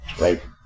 right